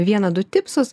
vieną du tipsus